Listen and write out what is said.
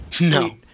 no